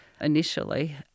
initially